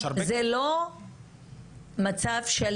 וזה ממשיך בכל התחומים